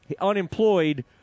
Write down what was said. unemployed